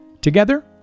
Together